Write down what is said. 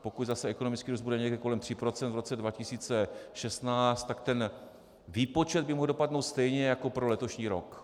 Pokud zase ekonomický růst bude někde kolem 3 % v roce 2016, tak ten výpočet by mohl dopadnout stejně jako pro letošní rok.